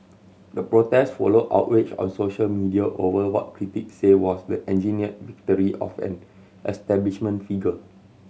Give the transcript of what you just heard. the protest followed outrage on social media over what critics say was the engineered victory of an establishment figure